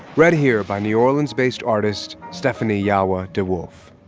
read here by new orleans-based artist stephanie yawa de wolfe